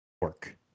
work